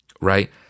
right